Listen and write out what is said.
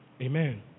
Amen